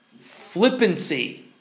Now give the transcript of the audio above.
Flippancy